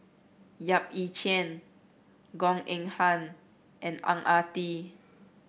Yap Ee Chian Goh Eng Han and Ang Ah Tee